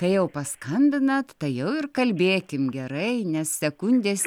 kai jau paskambinat tai jau ir kalbėkim gerai nes sekundės